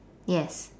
yes